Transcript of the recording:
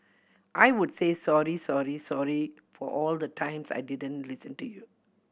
I would say sorry sorry sorry for all the times I didn't listen to you